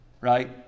right